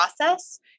process